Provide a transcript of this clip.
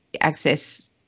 access